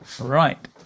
Right